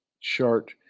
chart